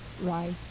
right